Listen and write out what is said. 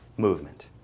movement